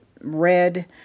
red